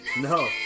no